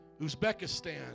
Uzbekistan